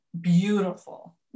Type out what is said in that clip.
Beautiful